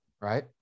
right